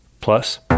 plus